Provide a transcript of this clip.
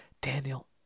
Daniel